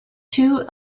two